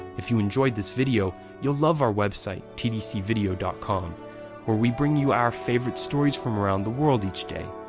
if you enjoyed this video, you'll love our website, tdcvideo dot com where we bring you our favorite stories from around the world each day.